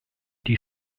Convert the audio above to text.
die